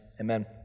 amen